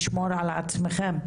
לשמור על עצמכם,